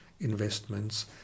investments